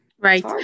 Right